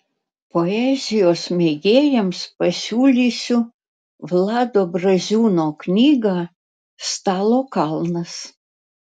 poezijos mėgėjams pasiūlysiu vlado braziūno knygą stalo kalnas